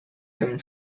come